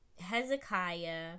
hezekiah